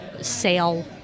sale